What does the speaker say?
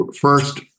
first